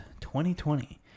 2020